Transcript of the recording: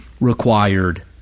Required